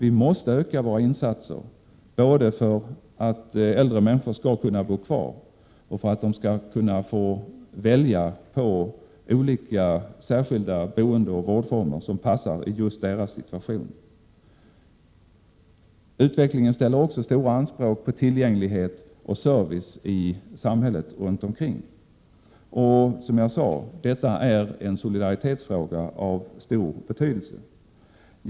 Vi måste öka våra insatser både för att äldre människor skall kunna bo kvar och för att de skall kunna få välja på olika särskilda boendeoch vårdformer som passar just deras situation. Utvecklingen ställer också stora anspråk på tillgänglighet och service i samhället runt omkring. Som jag sade, är detta en solidaritetsfråga av stor betydelse.